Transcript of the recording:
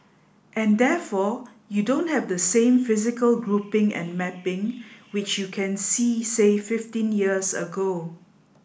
and therefore you don't have the same physical grouping and mapping which you can see say fifteen years ago